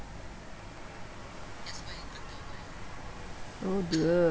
oh dear